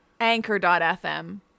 Anchor.fm